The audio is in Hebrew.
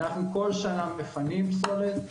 אנחנו כל שנה מפנים פסולת,